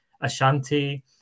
Ashanti